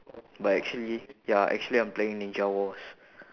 but actually ya actually I'm playing ninja wars